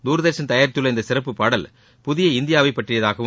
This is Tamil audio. தூர்தர்ஷன் தயாரித்துள்ள இந்த சிறப்பு பாடல் புதிய இந்தியாவை பற்றியதாகும்